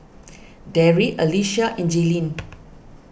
Darry Alycia and Jaylene